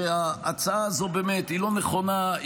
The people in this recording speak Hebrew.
שההצעה הזאת היא לא נכונה,